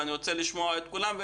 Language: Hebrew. ואני רוצה לשמוע את כולם.